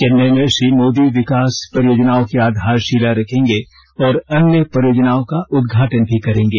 चेन्नई में श्री मोदी विकास परियोजनाओं की आधारशिला रखेंगे और अन्य परियोजनाओं का उद्घाटन भी करेंगे